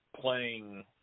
playing –